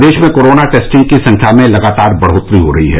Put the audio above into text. प्रदेश में corona testing की संख्या में लगातार बढ़ोत्तरी हो रही है